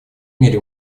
мире